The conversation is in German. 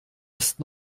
ist